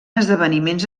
esdeveniments